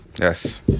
yes